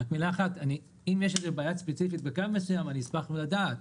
אם יש בעיה ספציפית בקו מסוים אשמח לדעת.